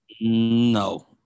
No